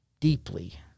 deeply